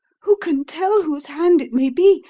who can tell whose hand it may be?